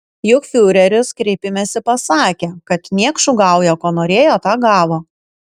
juk fiureris kreipimesi pasakė kad niekšų gauja ko norėjo tą gavo